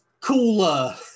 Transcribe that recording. Cooler